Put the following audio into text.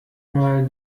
mal